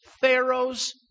Pharaoh's